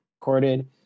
recorded